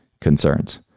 concerns